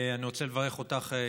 אני רוצה לברך אותך,